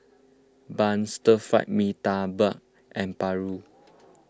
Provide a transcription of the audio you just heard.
Bun Stir Fried Mee Tai Mak and Paru